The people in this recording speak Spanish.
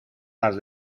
las